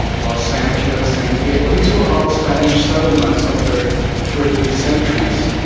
los angeles, san diego, these were all spanish settlements over two or three centuries.